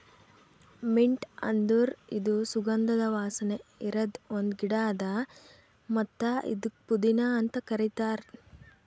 mint ಅಂದುರ್ ಇದು ಸುಗಂಧದ ವಾಸನೆ ಇರದ್ ಒಂದ್ ಗಿಡ ಅದಾ ಮತ್ತ ಇದುಕ್ ಪುದೀನಾ ಅಂತ್ ಕರಿತಾರ್